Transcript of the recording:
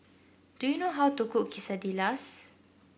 do you know how to cook Quesadillas